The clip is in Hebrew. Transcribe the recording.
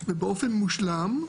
ובאופן מושלם.